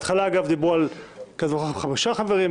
בהתחלה דיברו על חמישה חברים,